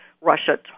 Russia